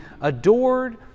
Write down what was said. adored